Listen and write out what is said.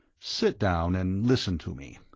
sit down and listen to me.